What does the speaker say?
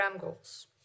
goals